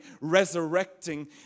resurrecting